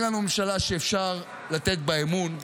אין לנו ממשלה שאפשר לתת בה אמון.